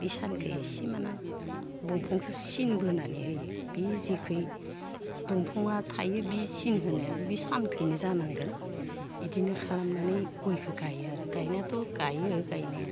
बे सानखो इसे माना बंफांखो सिन बोनानै होयो बि जिखै बंफाङा थायो बि सिन होनायाबो बि सानखैनो जानांगोन इदिनो खालामनानै गयखो गायो आरो गायनायाथ' गायो गायनाया